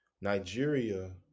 Nigeria